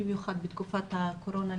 במיוחד בתקופת הקורונה,